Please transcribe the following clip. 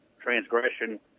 transgression